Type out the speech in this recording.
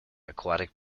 aquatic